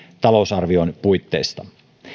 talousarvion puitteissa